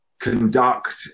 conduct